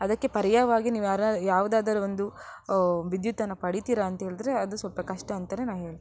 ಅದಕ್ಕೆ ಪರ್ಯಾಯವಾಗಿ ನೀವು ಯಾರಾ ಯಾವುದಾದರೂ ಒಂದು ವಿದ್ಯುತ್ತನ್ನು ಪಡಿತೀರಾ ಅಂತ್ಹೇಳಿದ್ರೆ ಅದು ಸ್ವಲ್ಪ ಕಷ್ಟ ಅಂತಲೇ ನಾ ಹೇಳ